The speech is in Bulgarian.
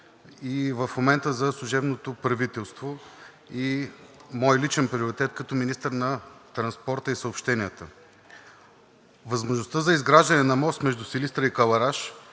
и в момента за служебното правителство, и мой личен приоритет като министър на транспорта и съобщенията. Възможността за изграждане на мост между Силистра и Кълъраш